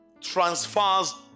transfers